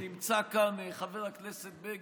ונמצא כאן חבר הכנסת בגין,